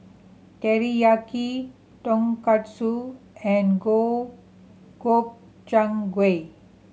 Teriyaki Tonkatsu and Go Gobchang Gui